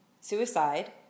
Suicide